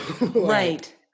Right